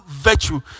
virtue